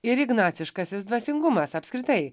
ir ignaciškasis dvasingumas apskritai